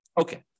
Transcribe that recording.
Okay